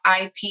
IP